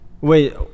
Wait